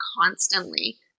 constantly